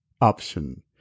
option